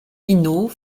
pinault